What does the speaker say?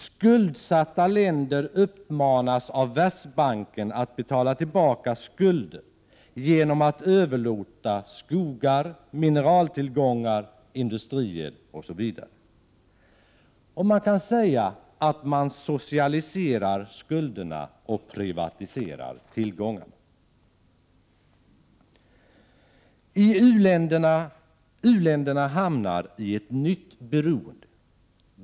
Skuldsatta länder uppmanas av Världsbanken att betala tillbaka skulder genom att överlåta skogar, mineraltillgångar, industrier osv. Man kan säga att skulderna socialiseras och tillgångarna privatiseras. U-länderna hamnar i ett nytt beroende.